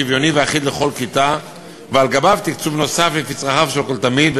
שוויוני ואחיד לכל כיתה ועל גביו תקצוב נוסף לפי צרכיו של כל תלמיד,